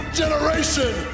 generation